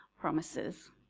promises